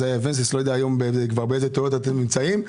זה צורם.